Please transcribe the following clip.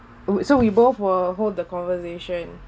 oh so we both will hold the conversation